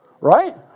right